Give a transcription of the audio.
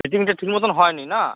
ফিটিংটা ঠিক মতোন হয় নি না